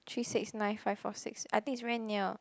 three six nine five four six I think is very near